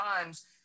times